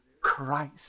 Christ